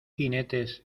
jinetes